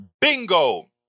Bingo